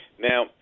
Now